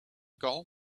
girl